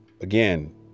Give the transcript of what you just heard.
again